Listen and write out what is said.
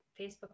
Facebook